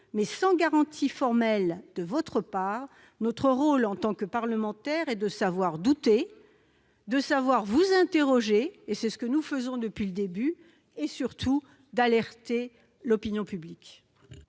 mais, sans garanties formelles de votre part, notre rôle en tant que parlementaires est de savoir douter, de vous interroger, ce que nous faisons depuis le début, et surtout d'alerter l'opinion publique.